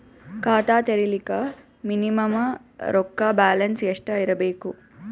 ಖಾತಾ ತೇರಿಲಿಕ ಮಿನಿಮಮ ರೊಕ್ಕ ಬ್ಯಾಲೆನ್ಸ್ ಎಷ್ಟ ಇರಬೇಕು?